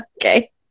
Okay